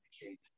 communicate